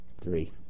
Three